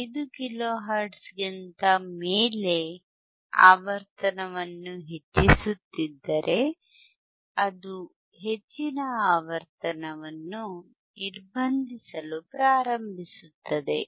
5 kilo ಹರ್ಟ್ಜ್ಗಿಂತ ಮೇಲೆ ಆವರ್ತನವನ್ನು ಹೆಚ್ಚಿಸುತ್ತಿದ್ದರೆ ಅದು ಹೆಚ್ಚಿನ ಆವರ್ತನವನ್ನು ನಿರ್ಬಂಧಿಸಲು ಪ್ರಾರಂಭಿಸುತ್ತದೆ